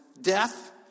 death